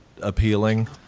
appealing